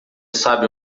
sabe